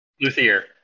Luthier